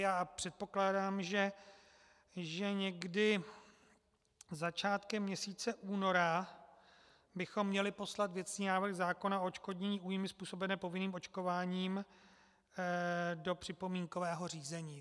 A předpokládám, že někdy začátkem měsíce února bychom měli poslat věcný návrh zákona o odškodnění újmy způsobené povinným očkováním do připomínkového řízení.